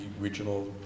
regional